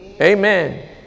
Amen